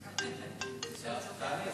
כולנו ישר בדקנו,